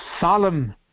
solemn